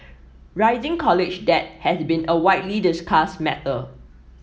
rising college debt has been a widely discussed matter